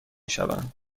شوند